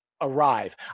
arrive